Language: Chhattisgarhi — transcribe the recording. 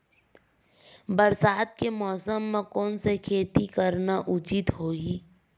बरसात के मौसम म कोन से खेती करना उचित होही?